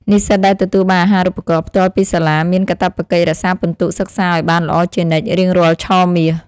និស្សិតដែលទទួលបានអាហារូបករណ៍ផ្ទាល់ពីសាលាមានកាតព្វកិច្ចរក្សាពិន្ទុសិក្សាឱ្យបានល្អជានិច្ចរៀងរាល់ឆមាស។